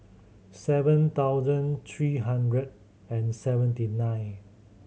seven thousand three hundred and seventy nine